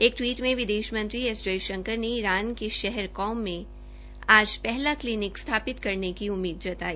एक टवीट में विदेश मंत्री एस जयशंकर ने ईरान के शहर कोम मे आज पहला क्लीनिक स्थापित करने की उम्मीद जताई